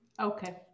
Okay